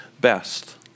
best